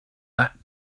that